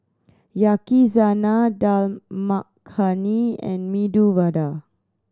Yakizakana Dal Makhani and Medu Vada